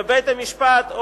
ובית-המשפט,